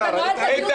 אל תרמו את חברי הכנסת,